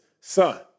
Son